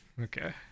okay